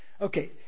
Okay